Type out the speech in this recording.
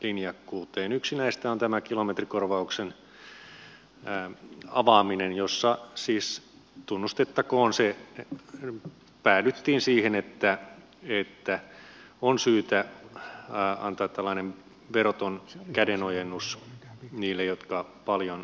yksi näistä on tämä kilometrikorvauksen avaaminen jossa siis tunnustettakoon se päädyttiin siihen että on syytä antaa tällainen veroton kädenojennus niille jotka paljon ajavat